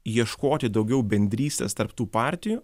ieškoti daugiau bendrystės tarp tų partijų